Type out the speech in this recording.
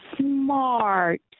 smart